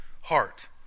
heart